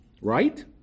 Right